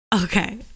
okay